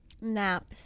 Naps